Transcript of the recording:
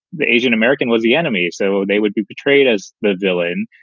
the asian-american was the enemy. so they would be portrayed as the villain.